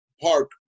park